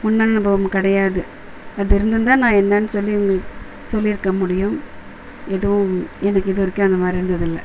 முன் அனுபவம் கிடையாது அது இருந்துருந்தால் நான் என்னன்னு சொல்லிருந்து சொல்லிருக்க முடியும் எதுவும் எனக்கு இது வரைக்கும் அந்தமாதிரி இருந்ததில்ல